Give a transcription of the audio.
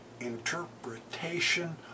interpretation